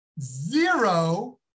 Zero